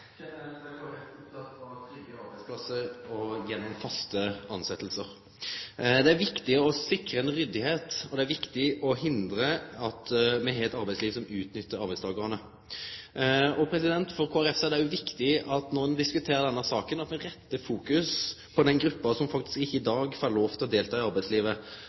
viktig å sikre ein ryddigheit, og det er viktig å hindre at me har eit arbeidsliv som utnyttar arbeidstakarane. For Kristeleg Folkeparti er det viktig når ein diskuterer denne saka, at ein rettar fokus mot den gruppa som i dag faktisk ikkje får lov til å delta i arbeidslivet